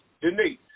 Denise